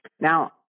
Now